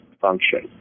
function